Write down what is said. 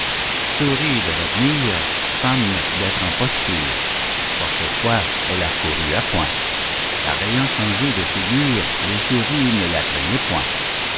souris de revenir femme d'être en posture pour cette fois elle accourut à point car ayant changé de figure les souris ne la craignaient point